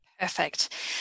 Perfect